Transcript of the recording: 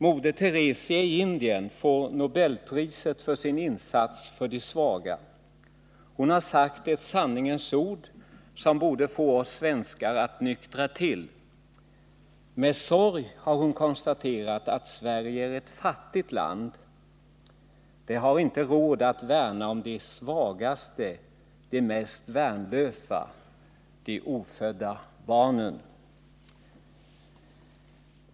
Moder Teresa i Indien får Nobelpriset för sin insats för de svaga. Hon har sagt ett sanningens ord, som borde få oss svenskar att nyktra till. Med sorg har hon konstaterat, att Sverige är ett fattigt land. Det har inte råd att värna om de svagaste och de mest värnlösa — de ofödda barnen.